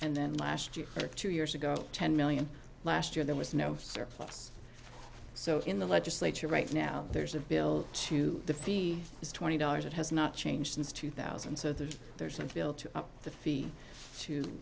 and then last year or two years ago ten million last year there was no surplus so in the legislature right now there's a bill to the fee is twenty dollars it has not changed since two thousand so that there's and built up the fee to